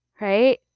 right